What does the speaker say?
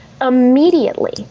immediately